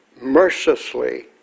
mercilessly